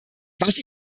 was